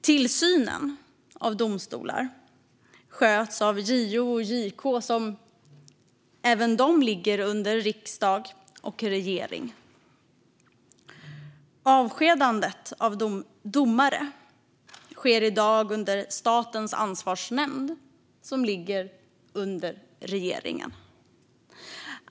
Tillsynen av domstolar sköts av JO och JK, som ligger under riksdag och regering. Avskedandet av domare sker i dag under Statens ansvarsnämnd, som ligger under regeringen.